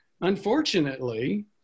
Unfortunately